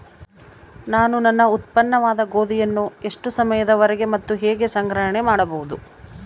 ನಾನು ನನ್ನ ಉತ್ಪನ್ನವಾದ ಗೋಧಿಯನ್ನು ಎಷ್ಟು ಸಮಯದವರೆಗೆ ಮತ್ತು ಹೇಗೆ ಸಂಗ್ರಹಣೆ ಮಾಡಬಹುದು?